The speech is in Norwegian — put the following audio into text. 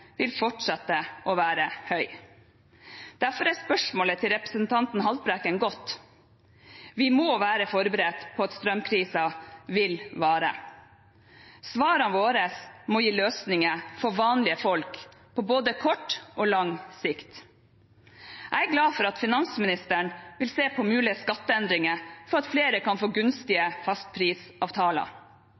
vil fortsette å være høye. Derfor er spørsmålet til representanten Haltbrekken godt. Vi må være forberedt på at strømkrisen vil vare. Svarene våre må gi løsninger for vanlige folk på både kort og lang sikt. Jeg er glad for at finansministeren vil se på mulige skatteendringer for at flere kan få gunstige fastprisavtaler.